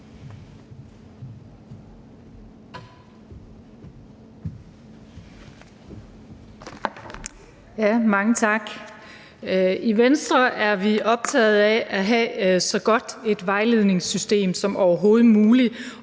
I Venstre er vi optaget af at have så godt et vejledningssystem som overhovedet muligt,